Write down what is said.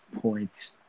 points